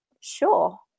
sure